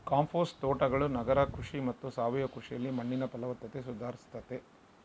compost ತೋಟಗಳು ನಗರ ಕೃಷಿ ಮತ್ತು ಸಾವಯವ ಕೃಷಿಯಲ್ಲಿ ಮಣ್ಣಿನ ಫಲವತ್ತತೆ ಸುಧಾರಿಸ್ತತೆ